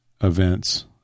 events